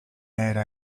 era